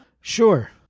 Sure